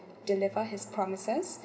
deliver his promises